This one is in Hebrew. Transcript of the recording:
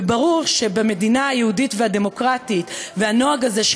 וברור שבמדינה היהודית והדמוקרטית הנוהג הזה,